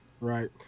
Right